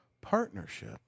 partnership